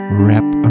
wrap